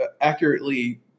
accurately